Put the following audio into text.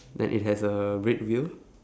then it has a red wheel